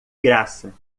graça